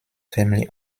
family